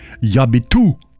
Yabitu